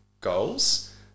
goals